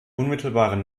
unmittelbaren